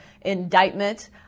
indictment